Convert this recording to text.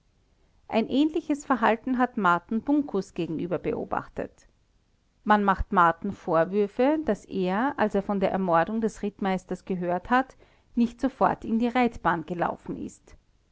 ein ähnliches verhalten hat marten bunkus gegenüber beobachtet man macht marten vorwürfe daß er als er von der ermordung des rittmeisters gehört hat nicht sofort in die reitbahn gelaufen ist